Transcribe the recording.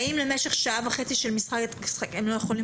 האם למשך שעה וחצי של משחק הם לא יכולים